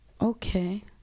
Okay